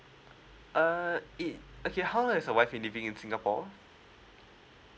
uh it okay how long is your wife in living in singapore